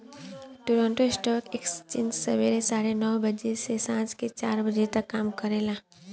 Toronto stock exchange सबेरे साढ़े नौ बजे से सांझ के चार बजे तक काम करेला